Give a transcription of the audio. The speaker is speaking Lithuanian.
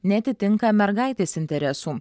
neatitinka mergaitės interesų